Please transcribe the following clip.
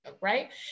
right